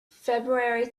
february